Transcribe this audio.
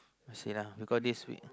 you see lah you got this week